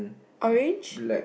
orange